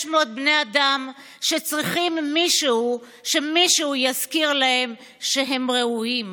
600 בני אדם שצריכים שמישהו יזכיר להם שהם ראויים,